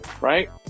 right